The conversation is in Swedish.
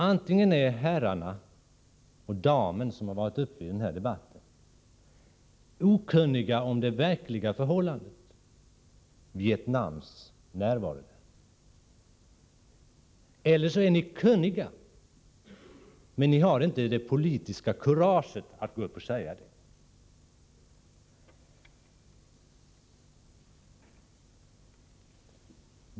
Antingen är de herrar och den dam som talat i den här debatten okunniga om det verkliga förhållandet när det gäller Vietnams närvaro i Kampuchea eller också vet de hur det förhåller sig men saknar politiskt kurage att gå upp och säga sin mening.